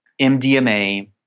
MDMA